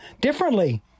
differently